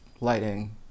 lighting